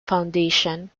foundation